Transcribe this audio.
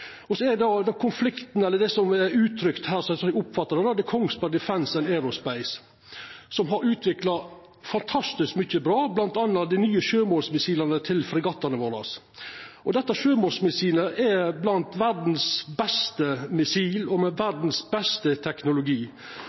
Så gjeld konflikten, slik eg har oppfatta han uttrykt her, Kongsberg Defence & Aerospace. Dei har utvikla fantastisk mykje bra, bl.a. dei nye sjømålsmissila til fregattane våre. Dette sjømålsmissilet er blant verdas beste missil, med verdas beste teknologi.